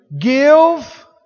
give